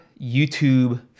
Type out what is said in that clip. YouTube